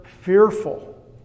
fearful